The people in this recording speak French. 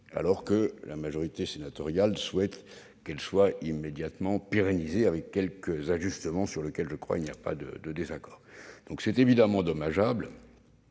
alors que la majorité sénatoriale souhaite qu'elles soient immédiatement pérennisées avec quelques ajustements- point sur lequel, je pense, il n'y a pas de désaccord. C'est donc évidemment dommageable,